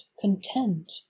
content